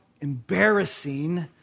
embarrassing